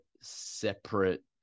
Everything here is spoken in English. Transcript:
separate